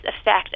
effect